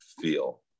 feel